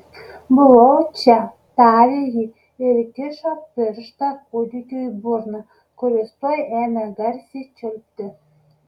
buvau čia tarė ji ir įkišo pirštą kūdikiui į burną kuris tuoj ėmė garsiai čiulpti